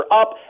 up